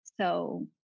So-